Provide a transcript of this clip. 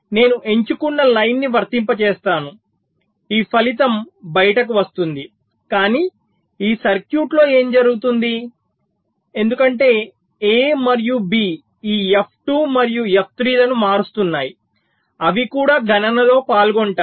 నేను ఎంచుకున్న లైన్ ని వర్తింపజేస్తాను ఈ ఫలితం బయటకు వస్తుంది కానీ ఈ సర్క్యూట్లో ఏమి జరుగుతుంది ఎందుకంటే A మరియు B ఈ F2 మరియు F3 ను మారుస్తున్నాయి అవి కూడా గణనలో పాల్గొంటాయి